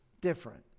different